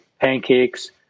pancakes